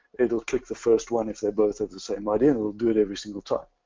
it'll click the first one if they're both have the same id. and it'll do it every single time.